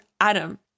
Adam